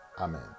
Amen